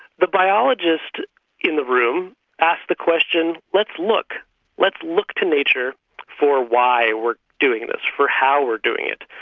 the biologist in the room asks the question, let's look let's look to nature for why we're doing this, for how we're doing it,